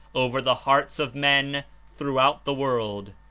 over the hearts of men throughout the world.